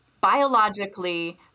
biologically